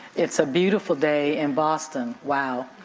it's a beautiful day in boston, wow.